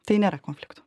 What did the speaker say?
tai nėra konflikto